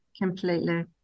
Completely